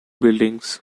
buildings